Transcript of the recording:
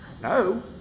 No